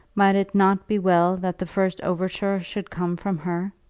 might it not be well that the first overture should come from her?